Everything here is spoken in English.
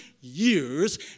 years